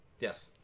Yes